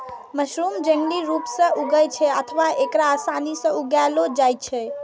mushroom जंगली रूप सं उगै छै अथवा एकरा आसानी सं उगाएलो जाइ छै